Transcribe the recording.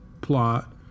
plot